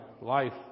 life